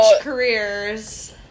careers